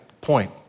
point